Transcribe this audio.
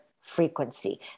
frequency